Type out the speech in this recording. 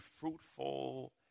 fruitful